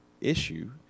issue